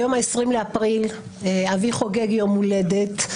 היום 20 באפריל, אבי חוגג יום הולדת.